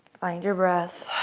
find your breath.